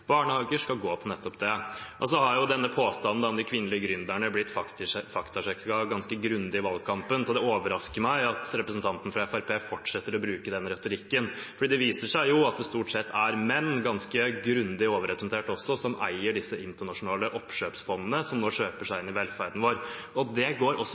barnehager, skal gå til nettopp det. Påstanden om de kvinnelige gründerne har blitt faktasjekket ganske grundig i valgkampen, så det overrasker meg at representanten fra Fremskrittspartiet fortsetter å bruke denne retorikken. For det viser seg jo at det stort sett er menn – ganske grundig overrepresentert også – som eier de internasjonale oppkjøpsfondene som nå kjøper seg inn i velferden vår, og det går også